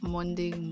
Monday